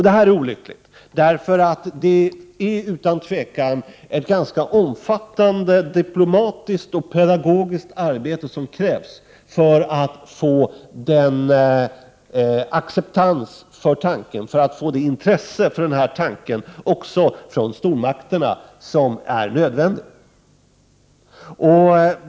Det är olyckligt eftersom det utan tvivel krävs ett ganska omfattande diplomatiskt och pedagogiskt arbete för att också från stormakternas sida få den nödvändiga acceptansen och det nödvändiga intresset för den här tanken.